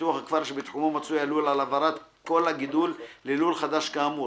ופיתוח הכפר שבתחומו מצוי הלול על העברת כל הגידול ללול חדש כאמור,